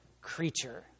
creature